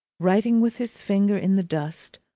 writing with his finger in the dust,